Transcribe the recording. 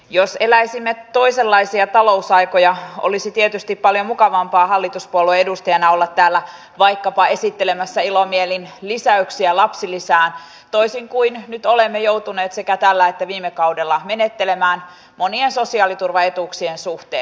jos eläisimme toisenlaisia talousaikoja olisi tietysti paljon mukavampaa hallituspuolueen edustajana olla täällä vaikkapa esittelemässä ilomielin lisäyksiä lapsilisään toisin kuin nyt olemme joutuneet sekä tällä että viime kaudella menettelemään monien sosiaaliturvaetuuksien suhteen